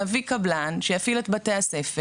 נביא קבלן שיפעיל את בתי הספר,